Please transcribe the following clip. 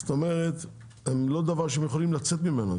זאת אומרת זה לא דבר שהם יכולים לצאת ממנו,